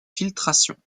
filtration